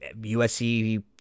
USC